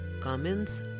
Comments